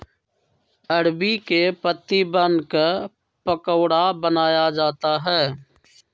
अरबी के पत्तिवन क पकोड़ा बनाया जाता है